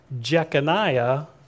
Jeconiah